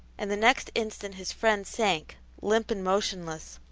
and the next instant his friend sank, limp and motionless,